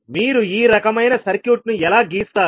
మీరు ఈ రకమైన సర్క్యూట్ను ఎలా గీస్తారు